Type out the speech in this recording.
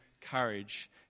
courage